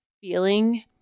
feeling